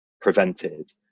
prevented